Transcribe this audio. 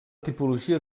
tipologia